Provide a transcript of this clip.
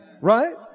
Right